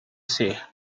ser